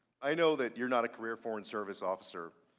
i know that you are not a career foreign service officer.